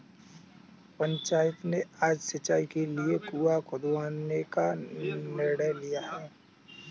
पंचायत ने आज सिंचाई के लिए कुआं खुदवाने का निर्णय लिया है